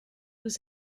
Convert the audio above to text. was